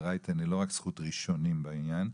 רייטן היא לא רק זכות ראשונים בעניין,